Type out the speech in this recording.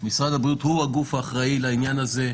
משרד הבריאות הוא הגוף האחראי לעניין הזה,